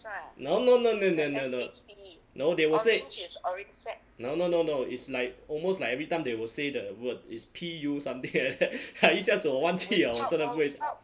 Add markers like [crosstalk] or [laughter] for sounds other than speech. no no no no no no no no they will say no no no no it's like almost like everytime they will say the word is P U something like that [laughs] 一下子我忘记了我真的不会